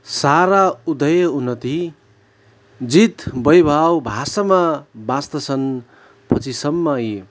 सारा उदय उन्नति जित वैभाव भाषामा बाँच्दछन् पछिसम्म यी